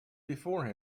before